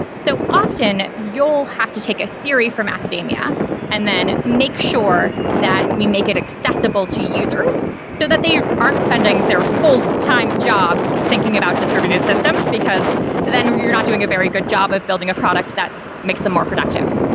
so, often, you'll have to take a theory from academia and then make sure that we make it accessible to users so that they aren't spending their fulltime job thinking about distributed systems, because then you're not doing a very good job of building a product that makes them more productive.